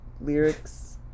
lyrics